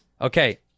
Okay